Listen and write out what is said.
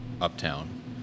Uptown